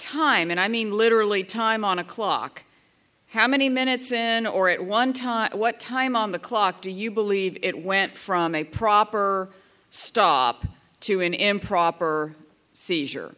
time and i mean literally time on a clock how many minutes then or at one time what time on the clock do you believe it went from a proper stop to an improper seizure